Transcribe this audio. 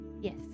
Yes